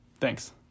Thanks